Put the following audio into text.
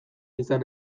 izan